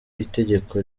itegeko